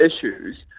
issues